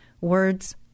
words